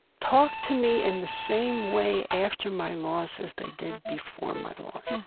talked to me in the same way after my loss as they did before my loss.